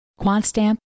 QuantStamp